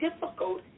difficult